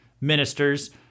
ministers